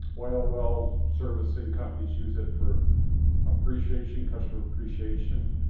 oil wells. servicing companies use it for appreciation, customer appreciation.